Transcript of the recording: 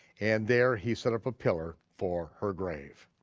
and there he set up a pillar for her grave.